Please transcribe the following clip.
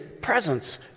presence